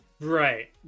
Right